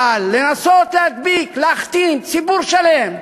אבל לנסות להדביק, להכתים ציבור שלם?